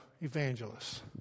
evangelists